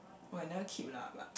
oh I never keep lah but